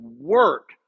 work